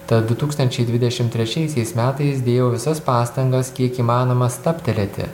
tad du tūkstančiai dvidešimt trečiaisiais metais dėjau visas pastangas kiek įmanoma stabtelėti